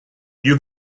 you